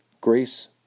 grace